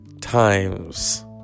times